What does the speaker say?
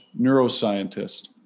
neuroscientist